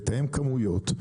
לתאם כמויות,